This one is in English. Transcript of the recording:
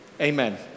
Amen